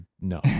No